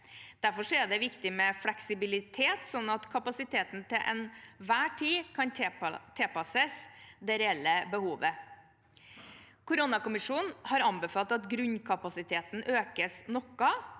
Derfor er det viktig med fleksibilitet, slik at kapasiteten til enhver tid kan tilpasses det reelle behovet. Koronakommisjonen har anbefalt at grunnkapasiteten økes noe,